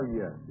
yes